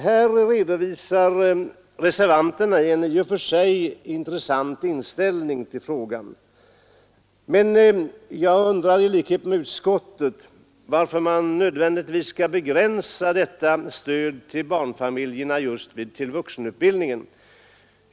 Här redovisar reservanterna en i och för sig intressant inställning till frågan, men jag undrar i likhet med utskottet varför detta stöd till barnfamiljerna nödvändigtvis skall begränsas just till vuxenutbildningen.